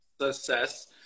success